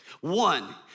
one